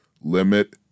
limit